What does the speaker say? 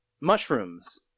mushrooms